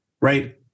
right